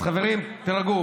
אז חברים, תירגעו.